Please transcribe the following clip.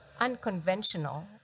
unconventional